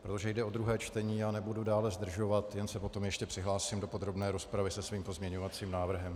Protože jde o druhé čtení, nebudu dále zdržovat, jen se potom ještě přihlásím do podrobné rozpravy se svým pozměňovacím návrhem.